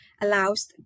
allows